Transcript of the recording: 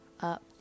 up